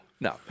no